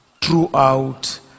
throughout